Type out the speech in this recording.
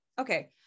Okay